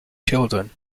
children